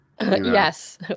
Yes